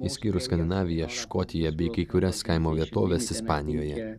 išskyrus skandinaviją škotiją bei kai kurias kaimo vietoves ispanijoje